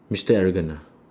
mister arrogant ah